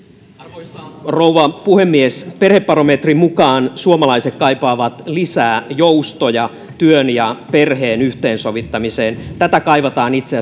arvoisa rouva puhemies perhebarometrin mukaan suomalaiset kaipaavat lisää joustoja työn ja perheen yhteensovittamiseen tätä kaivataan itse